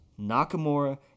nakamura